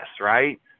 Right